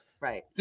Right